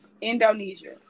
Indonesia